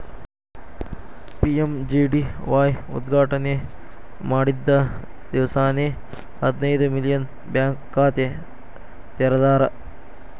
PMJDY ಉದ್ಘಾಟನೆ ಮಾಡಿದ್ದ ದಿವ್ಸಾನೆ ಹದಿನೈದು ಮಿಲಿಯನ್ ಬ್ಯಾಂಕ್ ಖಾತೆ ತೆರದಾರ್